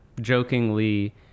jokingly